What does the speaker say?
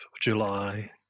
July